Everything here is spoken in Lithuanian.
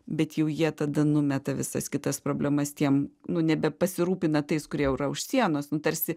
bet jau jie tada numeta visas kitas problemas tiem nu nebepasirūpina tais kurie jau yra už sienos nu tarsi